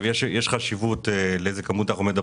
אבל יש חשיבות לדעת על איזו כמות אנחנו מדברים,